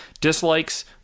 Dislikes